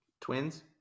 twins